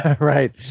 Right